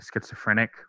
schizophrenic